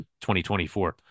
2024